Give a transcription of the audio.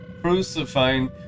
crucifying